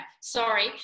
Sorry